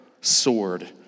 sword